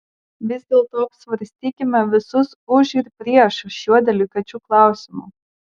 vis dėlto apsvarstykime visus už ir prieš šiuo delikačiu klausimu